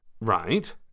Right